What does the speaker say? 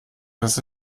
dass